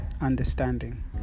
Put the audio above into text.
understanding